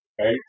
Right